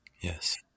Yes